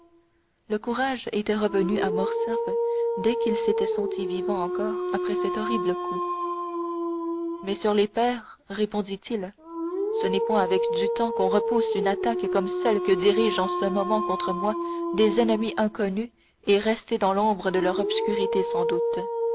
le courage était revenu à morcerf dès qu'il s'était senti vivant encore après cet horrible coup messieurs les pairs répondit-il ce n'est point avec du temps qu'on repousse une attaque comme celle que dirigent en ce moment contre moi des ennemis inconnus et restés dans l'ombre de leur obscurité sans doute